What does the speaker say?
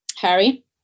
Harry